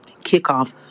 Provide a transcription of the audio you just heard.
kickoff